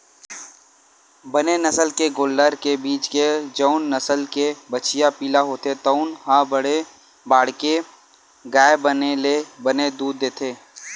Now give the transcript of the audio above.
बने नसल के गोल्लर के बीज ले जउन नसल के बछिया पिला होथे तउन ह बड़े बाड़के गाय बने ले बने दूद देथे